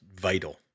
vital